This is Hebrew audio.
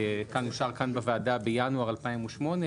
אושר כאן בוועדה בינואר 2018,